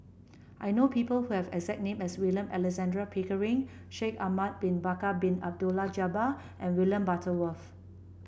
I know people who have the exact name as William Alexander Pickering Shaikh Ahmad Bin Bakar Bin Abdullah Jabbar and William Butterworth